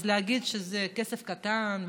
אז להגיד שזה כסף קטן,